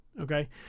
okay